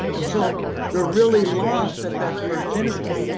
and so they are really lost at that first interview.